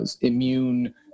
immune